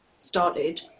started